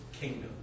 kingdom